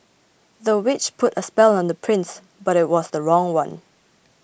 the witch put a spell on the prince but it was the wrong one